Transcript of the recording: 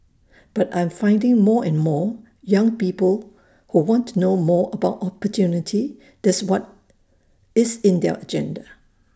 but I'm finding more and more young people who want to know more about opportunity that's what's in their agenda